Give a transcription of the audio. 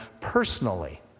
personally